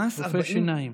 רופא שיניים.